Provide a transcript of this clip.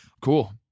Cool